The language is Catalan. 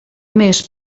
més